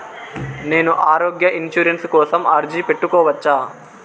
నేను ఆరోగ్య ఇన్సూరెన్సు కోసం అర్జీ పెట్టుకోవచ్చా?